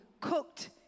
cooked